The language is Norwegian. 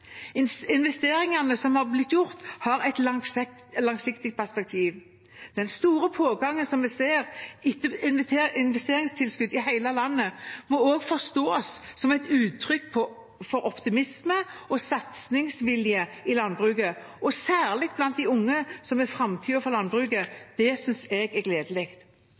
Investeringene som har blitt gjort, har et langsiktig perspektiv. Den store pågangen som vi ser etter investeringstilskudd i hele landet, må også forstås som et uttrykk for optimisme og satsingsvilje i landbruket, og særlig blant de unge, som er framtiden for landbruket. Det synes jeg er gledelig.